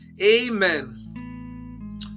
Amen